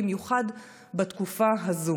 במיוחד בעת הזאת.